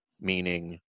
meaning